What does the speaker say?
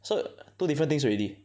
so two different things already